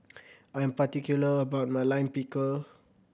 I am particular about my Lime Pickle